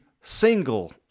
single